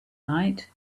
night